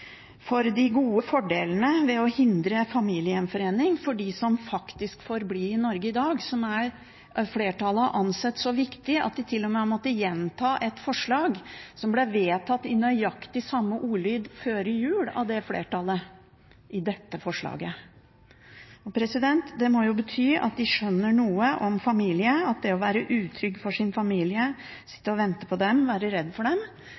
for fordelene ved å hindre familiegjenforening for dem som faktisk får bli i Norge i dag, noe som av flertallet er ansett som så viktig at de til og med måtte gjenta et forslag som ble vedtatt i nøyaktig samme ordlyd før jul av det flertallet i dette forslaget. Det må jo bety at de mener at det å være utrygg for sin familie, sitte og vente på dem, være redd for dem,